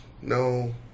no